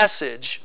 message